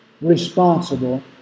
responsible